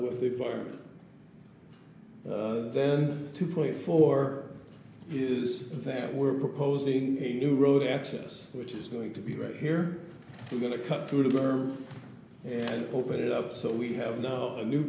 with the fire then two point four is that we're proposing a new road access which is going to be right here we're going to cut through them and open it up so we have a new